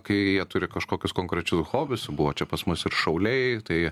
kai jie turi kažkokius konkrečius hobis buvo čia pas mus ir šauliai tai